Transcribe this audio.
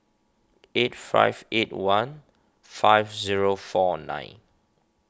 eight five eight one five zero four nine